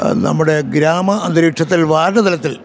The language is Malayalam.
നമ്മുടെ ഗ്രാമ അന്തരീക്ഷത്തിൽ വാർഡ് തലത്തിൽ